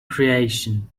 creation